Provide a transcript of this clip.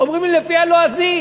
אומרים לי: לפי הלועזי.